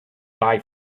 buy